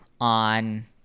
on